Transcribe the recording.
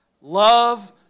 Love